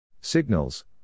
Signals